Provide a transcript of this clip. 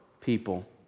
people